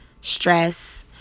stress